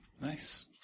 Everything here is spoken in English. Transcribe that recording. Nice